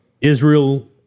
Israel